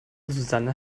susanne